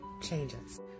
changes